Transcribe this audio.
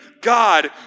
God